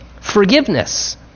forgiveness